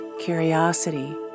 curiosity